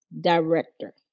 director